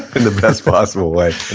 in the best possible way and